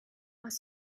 was